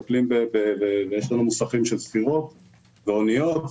ויש לנו מוסכים של סירות ואוניות.